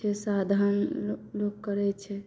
जे साधन लोक करै छै